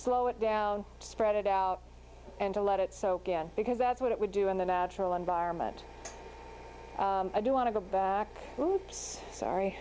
slow it down spread it out and to let it soak in because that's what it would do in the natural environment i do want to go back sorry